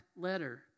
letter